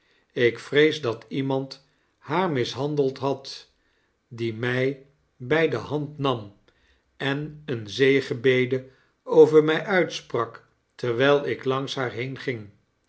ik vrees da iemand haar mishandeld had dw mij bij de hand nam en een zegebede over mij uitsprak terwijl ik langs haar heen